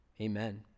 amen